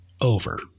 over